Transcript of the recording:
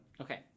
Okay